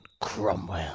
Cromwell